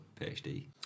PhD